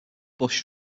bush